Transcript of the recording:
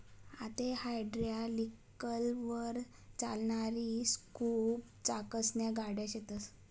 आते हायड्रालिकलवर चालणारी स्कूप चाकसन्या गाड्या शेतस